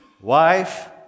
wife